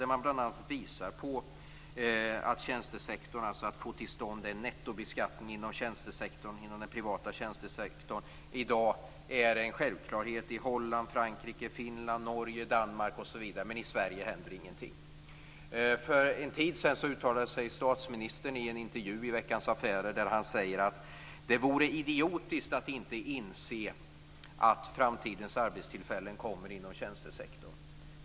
Man visar bl.a. att det i Holland, Frankrike, Finland, Norge, Danmark osv. i dag är en självklarhet med en nettobeskattning inom den privata tjänstesektorn, medan det i Sverige inte händer någonting. För en tid sedan uttalade statsministern i en intervju i Veckans Affärer att det vore idiotiskt att inte inse att framtidens arbetstillfällen kommer inom tjänstesektorn.